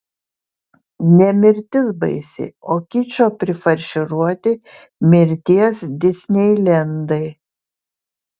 ne mirtis baisi o kičo prifarširuoti mirties disneilendai